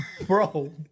Bro